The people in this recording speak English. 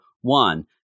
one